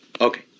Okay